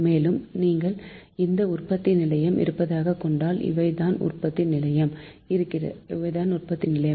மேலும் நீங்கள் இங்கே உற்பத்திநிலையம் இருப்பதாக கொண்டால் இவை தான் உற்பத்தி நிலையம்